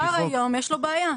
כבר היום יש לו בעיה.